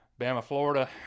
Bama-Florida